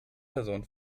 person